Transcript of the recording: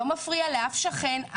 לא מפריע לאף שכן.